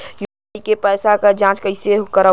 UPI के पैसा क जांच कइसे करब?